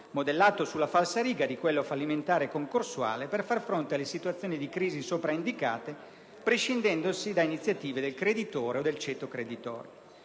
modellato sulla falsariga di quello fallimentare-concorsuale, per far fronte alle situazioni di crisi sopra indicate, prescindendosi da iniziative del creditore o del ceto creditorio.